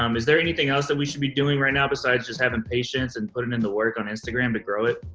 um is there anything else that we should be doing right now, besides just having patience and putting in the work on instagram to grow it?